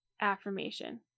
affirmation